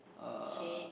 uh